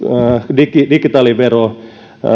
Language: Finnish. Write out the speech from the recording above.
digitaalivero